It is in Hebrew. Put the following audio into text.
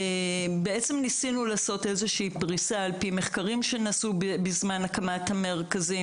ניסינו לעשות פריסה על פי מחקרים שנעשו בזמן הקמת המרכזים,